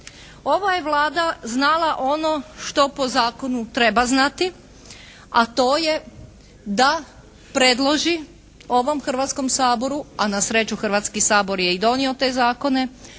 Ova je Vlada znala ono što po zakonu treba znati, a to je da predloži ovom Hrvatskom saboru, a na sreću Hrvatski sabor je i donio te zakone,